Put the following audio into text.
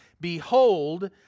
Behold